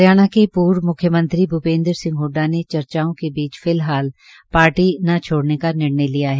हरियाणा के पूर्व भूपेन्द्र सिंह हडडा ने चर्चाओं के बीच फिलहाल पार्टी न छोड़ने का निर्णय लिया है